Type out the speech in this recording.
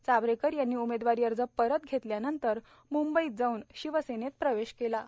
चाभरेकर यांनी उमेदवारी अर्ज परत घेतल्यानंतर म्ंबईत जाऊन शिवसेनेत प्रवेश केला आहे